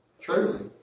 truly